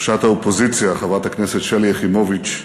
ראשת האופוזיציה, חברת הכנסת שלי יחימוביץ,